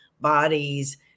bodies